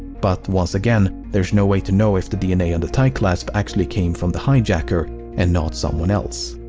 but, once again, there's no way to know if the dna on the tie clasp actually came from the hijacker and not someone else.